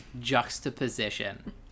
juxtaposition